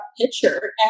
picture